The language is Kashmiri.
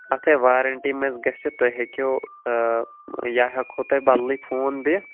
اَتھ ہَے وارنٹی منٛز گژھِ تُہۍ ہٮ۪کِو یا ہٮ۪کٕہَو تۄہہِ بَدٕلٕے فون دِتھ